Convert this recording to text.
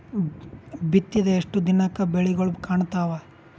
ಬಿತ್ತಿದ ಎಷ್ಟು ದಿನಕ ಬೆಳಿಗೋಳ ಕಾಣತಾವ?